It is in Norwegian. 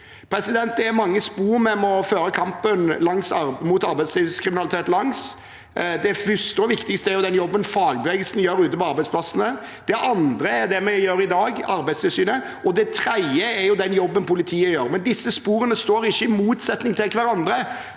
måten. Det er mange spor vi må føre kampen mot arbeidslivskriminalitet langs. Det første og viktigste er den jobben fagbevegelsen gjør ute på arbeidsplassene. Det andre er det vi gjør i dag, Arbeidstilsynet, og det tredje er den jobben politiet gjør. Disse sporene står ikke i motsetning til hverandre.